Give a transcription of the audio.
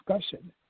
discussion